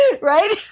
Right